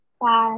Bye